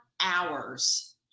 hours